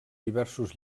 diversos